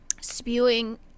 spewing